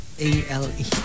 A-L-E